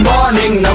Morning